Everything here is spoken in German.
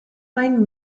ein